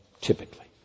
typically